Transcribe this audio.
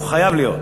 הוא חייב להיות.